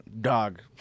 Dog